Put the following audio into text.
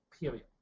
period